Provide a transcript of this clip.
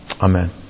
Amen